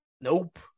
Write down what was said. Nope